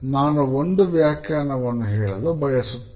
ನಾನು ಒಂದು ವ್ಯಾಖ್ಯಾನವನ್ನು ಹೇಳಲು ಬಯಸುತ್ತೇನೆ